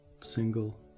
single